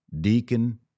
deacon